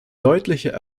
deutlicher